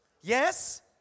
Yes